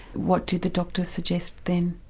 what did the doctor suggest then?